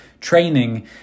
training